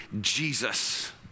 Jesus